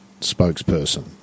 spokesperson